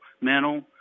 mental